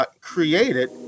created